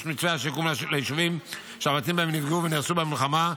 מתווה השיקום ליישובים שהבתים בהם נפגעו ונהרסו במלחמה.